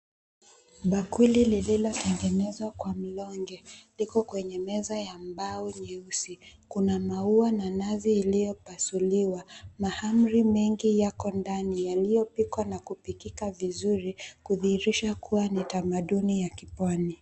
Bakuli lililotengenezwa kwa mlonge liko kwenye meza ya mbao nyeusi. Kuna maua na nazi iliyopasuliwa. Mahamri mengi yako ndani yaliyopikwa na kupikika vizuri, kudhihirisha kuwa ni tamaduni ya kipwani.